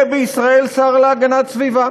יהיה בישראל שר להגנת הסביבה,